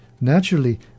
naturally